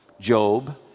Job